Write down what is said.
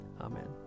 Amen